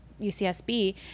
UCSB